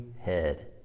head